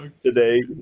today